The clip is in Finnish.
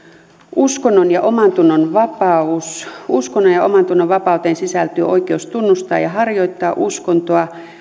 uskonnon ja omantunnonvapaus uskonnon ja omantunnonvapauteen sisältyy oikeus tunnustaa ja harjoittaa uskontoa